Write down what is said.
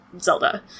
Zelda